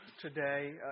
today